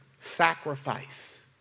Sacrifice